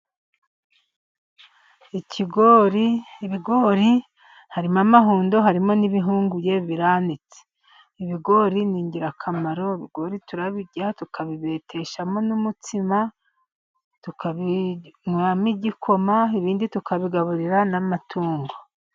Ikigori, ibigori harimo amahundo, harimo n'ibihunguye biraranitse. Ibigori ni ingirakamaro turabirya, tukabibeteshamo n'umutsima. tukabinywamo n'igikoma, ibindi tukabigaburira n'amatungo.